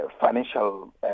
financial